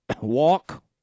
walk